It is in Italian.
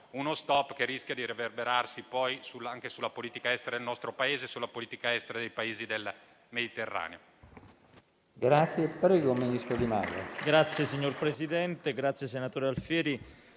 uno stop che rischia di riverberarsi poi anche sulla politica estera del nostro Paese e dei Paesi del Mediterraneo.